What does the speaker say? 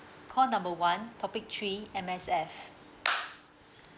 call number one topic three M_S_F